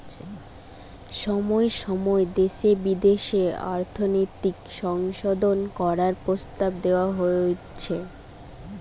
সময় সময় দেশে বিদেশে অর্থনৈতিক সংশোধন করার প্রস্তাব দেওয়া হচ্ছে